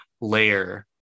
layer